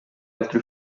altri